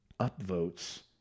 upvotes